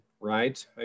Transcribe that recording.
right